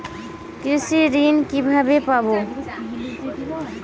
কৃষি ঋন কিভাবে পাব?